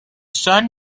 son